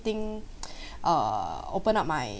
thing err open up my